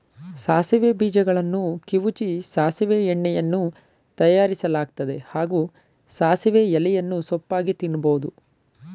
ಸಾಸಿವೆ ಬೀಜಗಳನ್ನು ಕಿವುಚಿ ಸಾಸಿವೆ ಎಣ್ಣೆಯನ್ನೂ ತಯಾರಿಸಲಾಗ್ತದೆ ಹಾಗೂ ಸಾಸಿವೆ ಎಲೆಯನ್ನು ಸೊಪ್ಪಾಗಿ ತಿನ್ಬೋದು